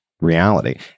reality